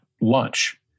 lunch